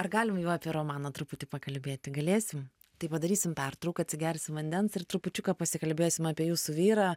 ar galim jau apie romaną truputį pakalbėti galėsim tai padarysim pertrauką atsigersim vandens ir trupučiuką pasikalbėsim apie jūsų vyrą